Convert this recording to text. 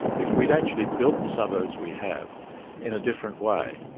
if we had actually built the suburbs we have in a different way,